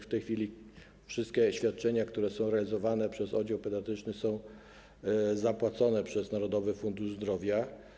W tej chwili wszystkie świadczenia, które są realizowane przez oddział pediatryczny, są opłacane przez Narodowy Fundusz Zdrowia.